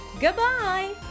Goodbye